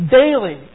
daily